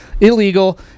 illegal